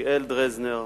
יחיאל דרזנר,